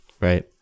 Right